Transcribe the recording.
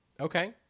Okay